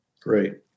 Great